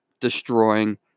destroying